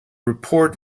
report